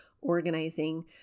organizing